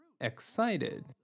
excited